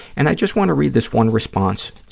and i just want to read this one response.